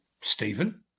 Stephen